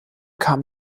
kam